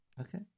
Okay